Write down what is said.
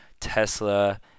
Tesla